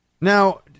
Now